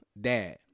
Dad